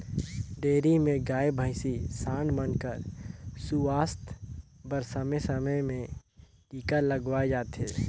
dairy में गाय, भइसी, सांड मन कर सुवास्थ बर समे समे में टीका लगवाए जाथे